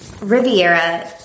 Riviera